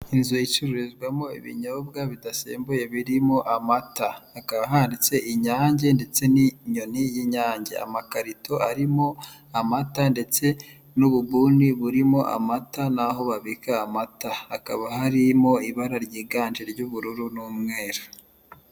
Inzu icurizwamo ibinyobwa bidasembuye birimo amata, hakaba ahanditse inyange ndetse n'inyoni y'inyange, amakarito arimo amata ndetse n'ububuni burimo amata naho babika amata, hakaba harimo ibara ryiganje ry'ubururu n'umweru.